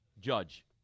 judge